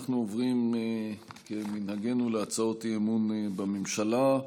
אנחנו עוברים כמנהגינו להצעות אי-אמון בממשלה.